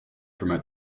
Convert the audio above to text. promote